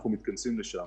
אנחנו מתכנסים לשם.